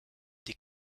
die